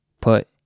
Put